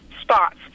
spots